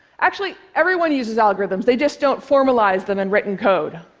actually, everyone uses algorithms. they just don't formalize them in written code.